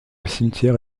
cimetière